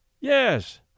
Yes